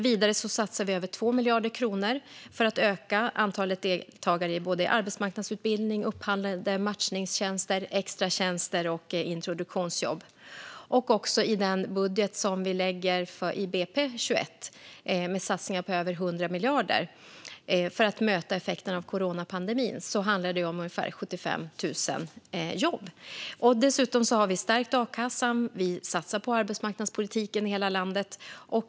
Vidare satsar vi över 2 miljarder kronor för att öka antalet deltagare i arbetsmarknadsutbildning, upphandlade matchningstjänster, extratjänster och introduktionsjobb. I den budget vi lägger fram i budgetpropositionen för 2021 med satsningar på över 100 miljarder för att möta effekterna av coronapandemin handlar det om ungefär 75 000 jobb. Dessutom har vi stärkt a-kassan, och vi satsar på arbetsmarknadspolitiken i hela landet.